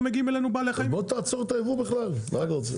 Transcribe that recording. מגיעים אלינו בעלי חיים -- אז בוא תעצור את האירוע בכלל מה אתה רוצה?